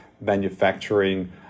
manufacturing